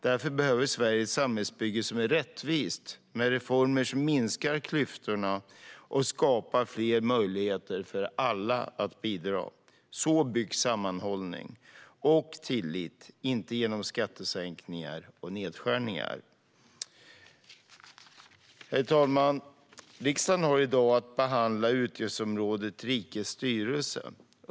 Därför behöver Sverige ett samhällsbygge som är rättvist, med reformer som minskar klyftorna och skapar fler möjligheter för alla att bidra. Så byggs sammanhållning och tillit, inte genom skattesänkningar och nedskärningar. Herr talman! Riksdagen har i dag att behandla utgiftsområdet Rikets styrelse.